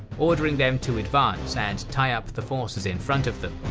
ordering them to advance and tie up the forces in front of them.